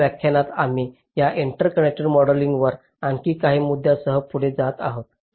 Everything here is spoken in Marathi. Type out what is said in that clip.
पुढील व्याख्यानात आम्ही या इंटरकनेक्ट मॉडेलिंगवरील आणखी काही मुद्द्यांसह पुढे जात आहोत